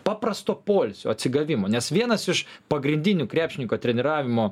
paprasto poilsio atsigavimo nes vienas iš pagrindinių krepšininko treniravimo